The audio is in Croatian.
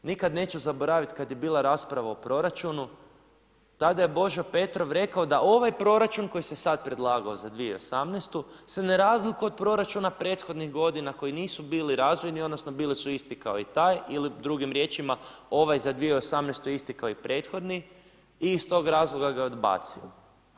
Nikada neću zaboraviti kada je bila rasprava o proračunu tada je Božo Petrov rekao da ovaj proračun koji se sada predlagao za 2018. se ne razlikuje od proračuna prethodnih godina koji nisu bili razvojni odnosno bili su isti kao i taj ili drugim riječima ovaj za 2018. je isti kao i prethodni i iz tog razloga ga odbacujem.